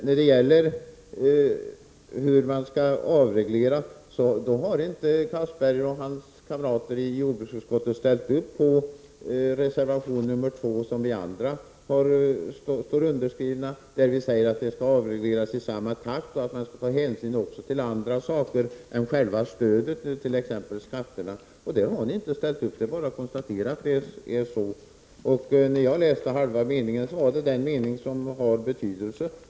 När det gäller hur man skall avreglera har inte Castberger och hans kamrater i jordbruksutskottet ställt upp på reservation nr 2, som vi andra har skrivit under och där vi säger att fisket skall avregleras i samma takt i Sverige som i övriga EFTA-länder och i EG och att man skall ta hänsyn också till andra saker än själva stödet, t.ex. skatterna. Där har ni inte ställt upp — det är bara att konstatera att det är så. Jag läste upp halva meningen därför att det är den halva meningen som har betydelse.